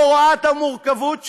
לא ראה את המורכבות שלו.